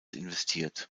investiert